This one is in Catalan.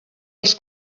els